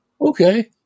Okay